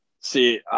See